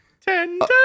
Tender